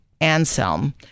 Anselm